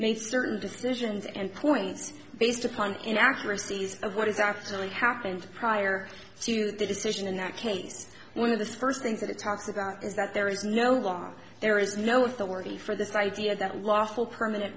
made certain decisions and points based upon in accuracies of what has actually happened prior to the decision in that case one of the first things that it talks about is that there is no law there is no authority for this idea that lawful permanent